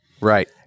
Right